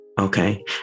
Okay